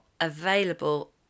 available